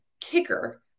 kicker